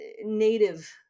native